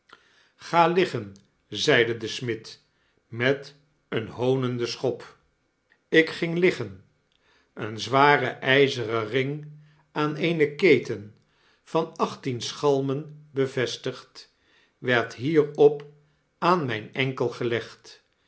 ga liggen zeide de smid met een hoonenden schop ik ging liggen een zware ijzeren ring aan eene keten van achttien schalmen bevestigd werd hierop aan mijn enkel gelegd